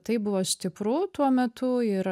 tai buvo stipru tuo metu ir